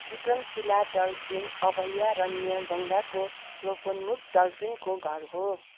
Vikramshila dolphin अभयारण्य गङ्गाको लोपोन्मुख डल्फिनको घर हो